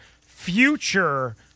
future